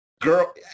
Girl